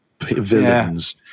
villains